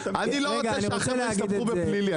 אני לא רוצה שהחבר'ה יסתבכו בפלילי,